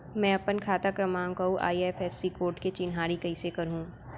मैं अपन खाता क्रमाँक अऊ आई.एफ.एस.सी कोड के चिन्हारी कइसे करहूँ?